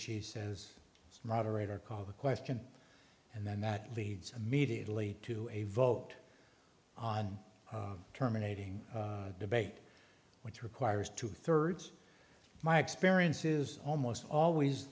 she says it's moderator call the question and then that leads immediately to a vote on terminating debate which requires two thirds my experience is almost always